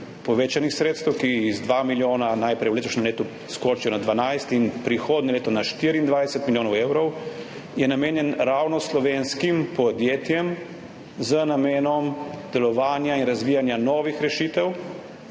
povečanih sredstev, ki iz 2 milijonov najprej v letošnjem letu skočijo na 12 in prihodnje leto na 24 milijonov evrov, je namenjenih ravno slovenskim podjetjem z namenom delovanja in razvijanja novih rešitev